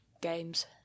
games